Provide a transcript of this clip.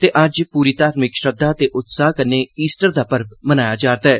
ते अज्ज पूरी धार्मिक श्रद्वा ते उत्साह कन्नै ईस्टर दा पर्व मनाया जा'रदा ऐ